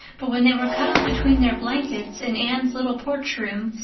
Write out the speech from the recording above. but when they were cuddled between their blankets, in anne's little porch room,